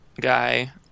guy